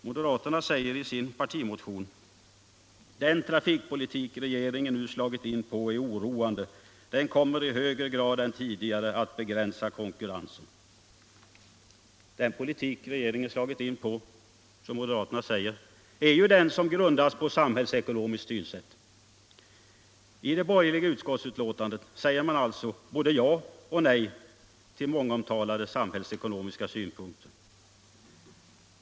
I sin partimotion säger moderaterna: ”Den trafikpolitik regeringen nu slagit in på är oroande. Den kommer i högre grad än tidigare att begränsa konkurrensen.” Men den politik som regeringen har slagit in på, som moderaterna säger, är ju den som grundas på ett samhällsekonomiskt synsätt. I det borgerliga utskottsbetänkandet säger man alltså både ja och nej till mångomtalade samhällsekonomiska synpunkter.